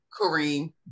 Kareem